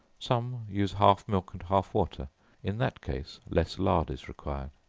some use half milk and half water in that case, less lard is required.